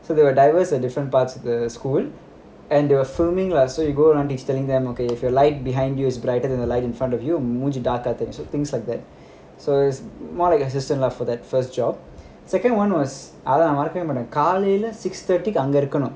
so there are divers at different parts of the school and they were filming lah so you go around each telling them okay if the light behind you is brighter than the light in front of you மூஞ்சு:moonju dark அ தெரிஞ்சுது:a therinjuthu so things like that so it's more like an assistant lah for that first job second one was அதான் வழக்கமா பண்றது காலைல:athaan vazhakama panrathu kalaila six thirty கு அங்க இருக்கனும்:ku anga irukanum